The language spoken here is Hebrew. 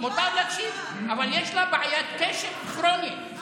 מותר להקשיב, אבל יש לה בעיית קשב כרונית.